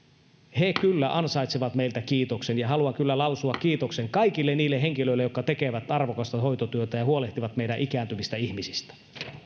he kyllä ansaitsevat meiltä kiitoksen ja haluan lausua kiitoksen kaikille niille henkilöille jotka tekevät arvokasta hoitotyötä ja huolehtivat meidän ikääntyvistä ihmisistä